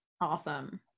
Awesome